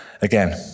again